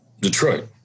Detroit